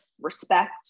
respect